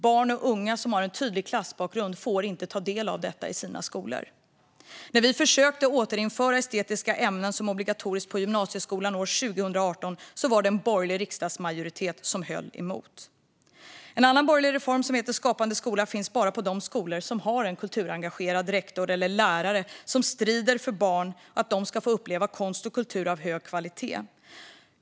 Barn och unga som har en tydlig klassbakgrund får inte ta del av detta i sina skolor. När vi försökte återinföra estetiska ämnen som obligatoriska på gymnasieskolan 2018 var det en borgerlig riksdagsmajoritet som höll emot. En annan borgerlig reform som heter Skapande skola finns bara på de skolor som har en kulturengagerad rektor eller lärare som strider för att barn ska få uppleva konst och kultur av hög kvalitet.